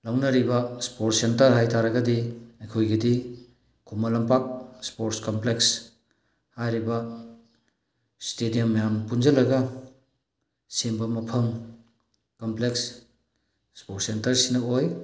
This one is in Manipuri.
ꯂꯧꯅꯔꯤꯕ ꯁ꯭ꯄꯣꯔꯠ ꯁꯦꯟꯇꯔ ꯍꯥꯏꯇꯥꯔꯒꯗꯤ ꯑꯩꯈꯣꯏꯒꯤꯗꯤ ꯈꯨꯃꯟ ꯂꯝꯄꯥꯛ ꯁ꯭ꯄꯣꯠꯁ ꯀꯝꯄ꯭ꯂꯦꯛꯁ ꯍꯥꯏꯔꯤꯕ ꯁ꯭ꯇꯦꯗꯤꯌꯝ ꯃꯌꯥꯝ ꯄꯨꯟꯁꯜꯂꯒ ꯁꯦꯝꯕ ꯃꯐꯝ ꯀꯝꯄ꯭ꯂꯦꯛꯁ ꯁ꯭ꯄꯣꯔꯁ ꯁꯦꯟꯇꯔꯁꯤꯅ ꯑꯣꯏ